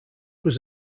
was